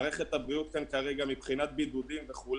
בגלל מערכת הבריאות כרגע מבחינת בידודים וכו',